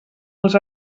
els